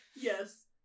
Yes